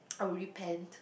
I would repent